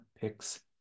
picks